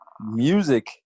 music